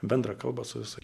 bendrą kalbą su visais